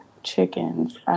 chickens